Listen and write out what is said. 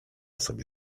sobie